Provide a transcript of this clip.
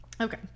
okay